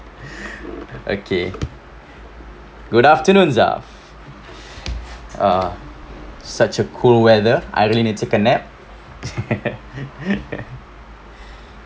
okay good afternoon zaf uh such a cool weather I really need take a nap